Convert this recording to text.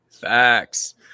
Facts